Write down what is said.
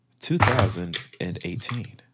2018